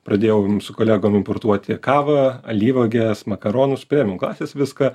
pradėjau su kolegom importuoti kavą alyvuoges makaronus premium klasės viską